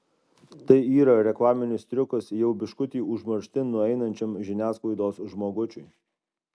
tai yra reklaminis triukas jau biškutį užmarštin nueinančiam žiniasklaidos žmogučiui